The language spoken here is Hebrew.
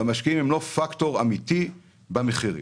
והמשקיעים הם לא פקטור אמיתי במחיר.